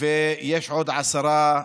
ויש עוד עשרה,